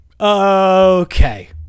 okay